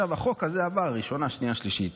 החוק הזה עבר ראשונה, שנייה, שלישית.